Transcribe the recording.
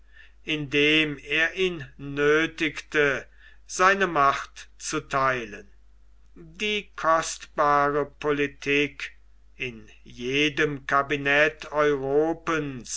indem er ihn nöthigte seine macht zu theilen die kostbare politik in jedem cabinet europens